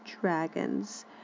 Dragons